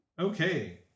Okay